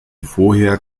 vorher